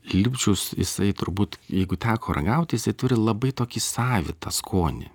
lipčius jisai turbūt jeigu teko ragaut jisai turi labai tokį savitą skonį